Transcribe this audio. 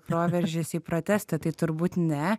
proveržis į protestą tai turbūt ne